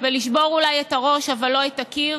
ולשבור אולי את הראש אבל לא את הקיר,